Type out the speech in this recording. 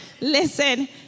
listen